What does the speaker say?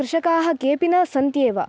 कृषकाः केपि न सन्ति एव